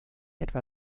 etwa